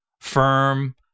firm